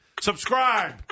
Subscribe